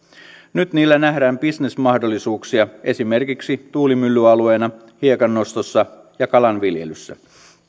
nyt niillä nähdään bisnesmahdollisuuksia esimerkiksi tuulimyllyalueina hiekannostossa ja kalanviljelyssä